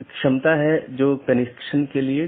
इस प्रकार एक AS में कई राऊटर में या कई नेटवर्क स्रोत हैं